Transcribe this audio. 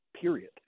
period